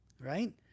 Right